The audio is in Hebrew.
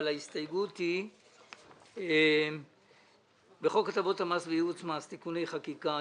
אבל ההסתייגות היא בחוק הטבות במס וייעוץ במס (תיקוני חקיקה),